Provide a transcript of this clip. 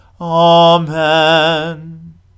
Amen